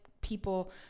people